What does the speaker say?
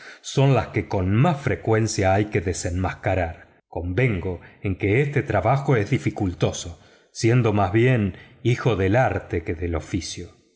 son las que con más frecuencia hay que desenmascarar convengo en que este trabajo es dificultoso siendo más bien hijo del arte que del oficio